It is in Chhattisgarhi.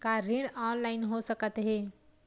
का ऋण ऑनलाइन हो सकत हे?